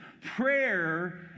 Prayer